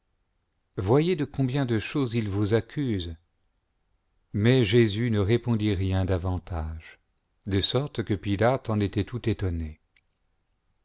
voyez de combien de choses ils vous accuse mais jésus ne répondit rien davantage de sorte que pilate en était tout étonné